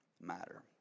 matter